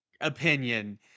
opinion